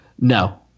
No